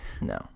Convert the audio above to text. No